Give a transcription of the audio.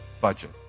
budget